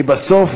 כי בסוף,